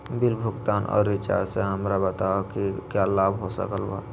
Bill भुगतान और recharge से हमरा बताओ कि क्या लाभ हो सकल बा?